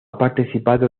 participado